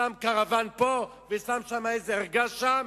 שם קרוון פה ושם ארגז שם,